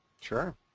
sure